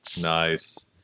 Nice